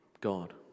God